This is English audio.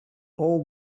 all